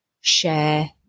share